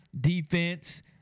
defense